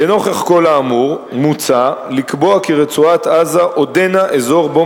לנוכח כל האמור מוצע לקבוע כי רצועת-עזה עודנה אזור שבו